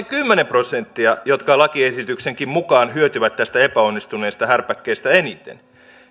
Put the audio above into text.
kymmenen prosenttia jotka lakiesityksenkin mukaan hyötyvät tästä epäonnistuneesta härpäkkeestä eniten